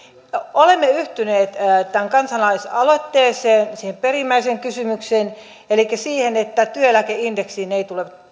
olemme yhtyneet tähän kansalaisaloitteeseen siihen perimmäiseen kysymykseen elikkä siihen että työeläkeindeksiin ei tule